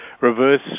reverse